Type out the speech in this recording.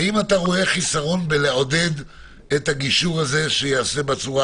האם אתה רואה חיסרון בלעודד את הגישור שייעשה בצורה